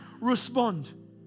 respond